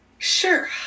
Sure